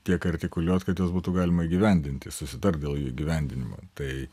tiek artikuliuot kad juos būtų galima įgyvendinti susitart dėl jų įgyvendinimo tai